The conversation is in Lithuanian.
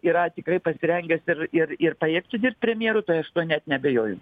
yra tikrai pasirengęs ir ir ir pajėgtų dirbt premjeru tai aš tuo net neabejoju